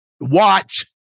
Watch